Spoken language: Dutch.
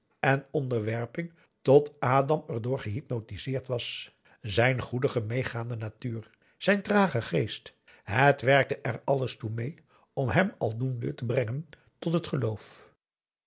en onderwerping tot adam er door gehypnotiseerd was zijn goedige meegaande natuur zijn trage geest het werkte er alles toe mee om hem al doende te brengen tot het geloof